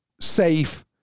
safe